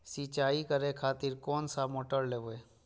सीचाई करें खातिर कोन सा मोटर लेबे?